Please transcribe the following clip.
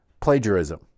plagiarism